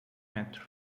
metrô